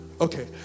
Okay